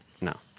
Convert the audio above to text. no